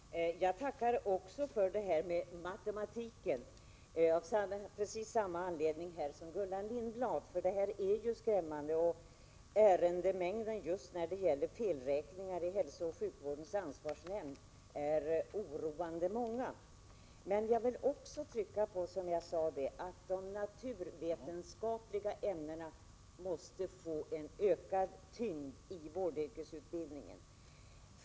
Herr talman! Jag tackar också för utbildningsministerns uttalande om matematikkunskaperna. Jag har samma åsikt som Gullan Lindblad. De bristande matematikkunskaperna är skrämmande. Antalet ärenden i hälsooch sjukvårdens ansvarsnämnd just när det gäller felräkningar är oroande stort. Jag vill trycka på att de naturvetenskapliga ämnena måste få en ökad tyngd i vårdyrkesutbildningen.